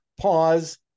pause